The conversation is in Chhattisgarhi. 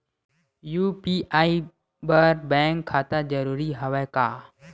यू.पी.आई बर बैंक खाता जरूरी हवय का?